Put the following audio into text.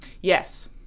Yes